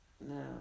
No